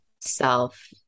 self